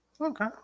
Okay